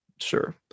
Sure